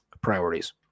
Priorities